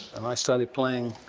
and i started playing.